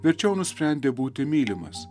verčiau nusprendė būti mylimas